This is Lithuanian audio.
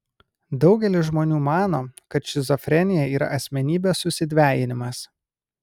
daugelis žmonių mano kad šizofrenija yra asmenybės susidvejinimas